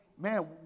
Man